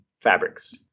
fabrics